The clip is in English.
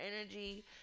energy